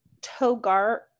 Togar